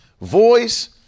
voice